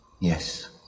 Yes